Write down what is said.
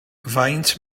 faint